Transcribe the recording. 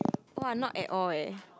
[wah] not at all eh